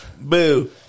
Boo